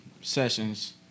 sessions